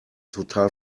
total